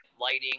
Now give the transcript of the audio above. lighting